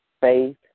Faith